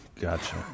Gotcha